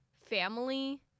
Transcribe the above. family